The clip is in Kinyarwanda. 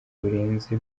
birenze